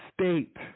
state